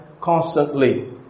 constantly